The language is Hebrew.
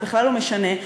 זה בכלל לא משנה.